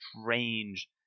strange